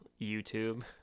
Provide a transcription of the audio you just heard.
YouTube